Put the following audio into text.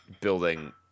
building